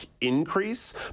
increase